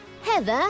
Heather